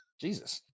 Jesus